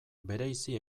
bereizi